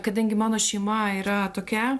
kadangi mano šeima yra tokia